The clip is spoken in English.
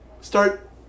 start